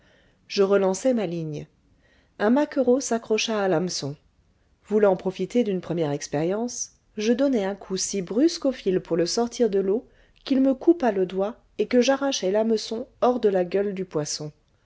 je relançai ma ligne un maquereau s'accrocha à l'hameçon voulant profiter d'une première expérience je donnai un coup si brusque au fil pour le sortir de l'eau qu'il me coupa le doigt et que j'arrachai l'hameçon hors de la gueule du poisson